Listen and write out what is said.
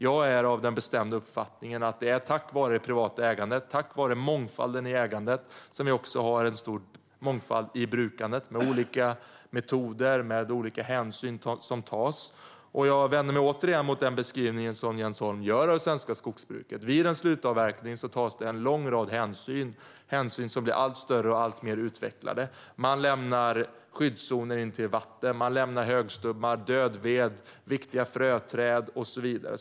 Jag är av den bestämda uppfattningen att det är tack vare privat äganderätt och mångfalden i ägandet som vi har en stor mångfald även i brukandet, med olika metoder och olika hänsyn som tas. Jag vänder mig återigen mot den beskrivning av det svenska skogsbruket som Jens Holm ger. Vid en slutavverkning tas en lång rad hänsyn - hänsyn som blir allt större och alltmer utvecklade. Man lämnar skyddszoner intill vatten, och man lämnar högstubbar, dödved, viktiga fröträd och så vidare.